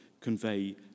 convey